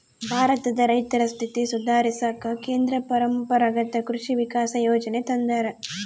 ಭಾರತದ ರೈತರ ಸ್ಥಿತಿ ಸುಧಾರಿಸಾಕ ಕೇಂದ್ರ ಪರಂಪರಾಗತ್ ಕೃಷಿ ವಿಕಾಸ ಯೋಜನೆ ತಂದಾರ